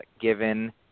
given